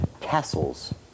castles